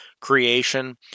creation